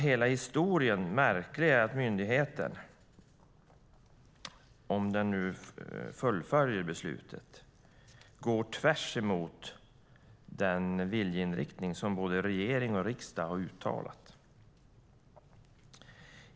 Hela historien blir märklig eftersom myndigheten, om den nu fullföljer beslutet, går tvärsemot den viljeinriktning som både regering och riksdag har uttalat.